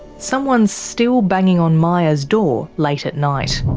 someone's still banging on maya's door late at night.